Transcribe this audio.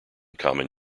common